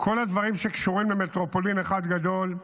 כל הדברים שקשורים למטרופולין אחד גדול,